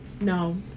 No